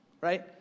right